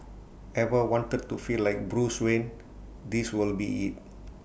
ever wanted to feel like Bruce Wayne this will be IT